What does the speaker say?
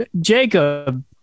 Jacob